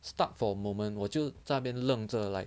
stuck for a moment 我就在那边愣着 like